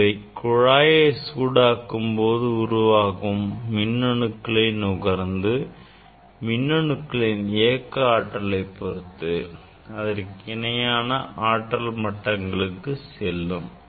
இவை குழாயை சூடாக்கும் போது உருவாகும் மின் அணுக்களை நுகர்ந்து மின்னணுக்களின் இயக்க ஆற்றலைக் பொருத்து அதற்கு இணையான ஆற்றல் மட்டங்களுக்கு செல்லும்